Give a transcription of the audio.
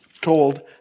told